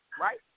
right